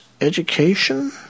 education